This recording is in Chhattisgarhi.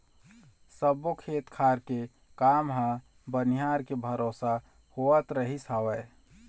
सब्बो खेत खार के काम ह बनिहार के भरोसा होवत रहिस हवय